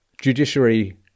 judiciary